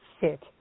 sit